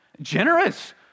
generous